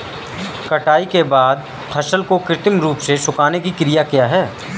कटाई के बाद फसल को कृत्रिम रूप से सुखाने की क्रिया क्या है?